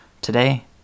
Today